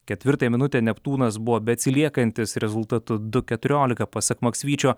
ketvirtąją minutę neptūnas buvo beatsiliekantis rezultatu du keturiolika pasak maksvyčio